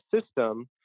system